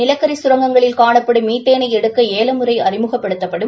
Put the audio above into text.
நிலக்கி சுரங்கங்களில் காணப்படும் மீத்தேளை எடுக்க ஏல முறை அறிமுகப்படுத்தப்படும்